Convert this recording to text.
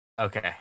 Okay